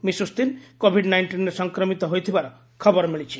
ମିଶୁ ସ୍ତିନ୍ କୋଭିଡ୍ ନାଇଷ୍ଟିନ୍ରେ ସଂକ୍ରମିତ ହୋଇଥିବାର ଖବର ମିଳିଛି